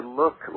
look